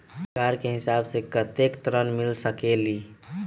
रोजगार के हिसाब से कतेक ऋण मिल सकेलि?